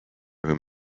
whom